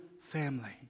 family